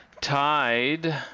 tied